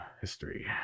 history